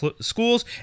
schools